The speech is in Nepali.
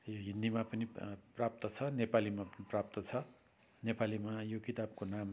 यो हिन्दीमा पनि प्राप्त छ नेपालीमा पनि प्राप्त छ नेपालीमा यो किताबको नाम